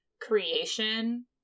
creation